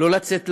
לא לצאת לעבוד?